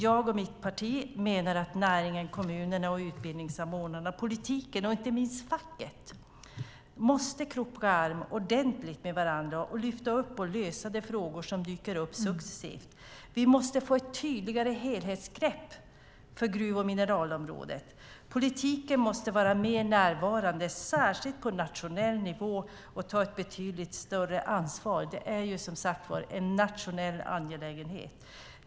Jag och mitt parti menar att näringen, kommunerna, utbildningssamordnarna, politiken och inte minst facket måste kroka arm ordentligt med varandra och lyfta upp och lösa de frågor som dyker upp successivt. Vi måste få ett tydligare helhetsgrepp för gruv och mineralområdet. Politiken måste vara mer närvarande särskilt på nationell nivå och ta ett betydligt större ansvar. Det är en nationell angelägenhet.